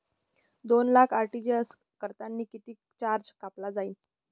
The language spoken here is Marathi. दोन लाख आर.टी.जी.एस करतांनी कितीक चार्ज कापला जाईन?